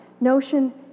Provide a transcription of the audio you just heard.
notion